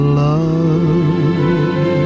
love